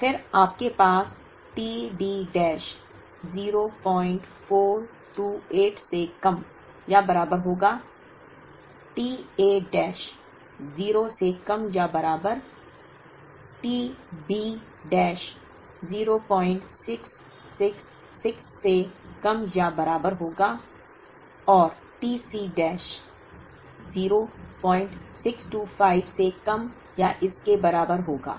और फिर आपके पास t D डैश 0428 से कम या बराबर होगा t A डैश 0 से कम या बराबर t B डैश 0666 से कम या बराबर होगा और t C डैश 0625 से कम या इसके बराबर होगा